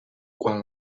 quan